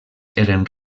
eren